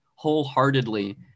wholeheartedly